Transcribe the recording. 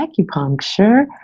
acupuncture